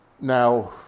now